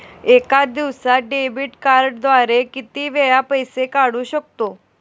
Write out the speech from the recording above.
एका दिवसांत डेबिट कार्डद्वारे किती वेळा पैसे काढू शकतो?